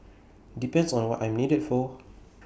depends on what I'm needed for